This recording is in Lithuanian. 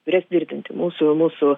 turės tvirtinti mūsų mūsų